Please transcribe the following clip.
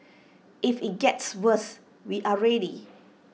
if IT gets worse we are ready